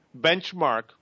benchmark